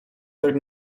tak